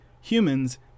humans